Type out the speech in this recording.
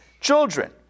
children